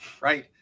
right